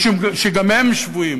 משום שגם הם שבויים